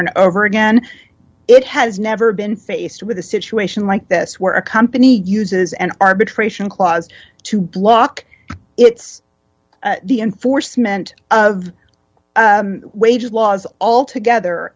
and over again it has never been faced with a situation like this where a company uses an arbitration clause to block its the enforcement of wage laws altogether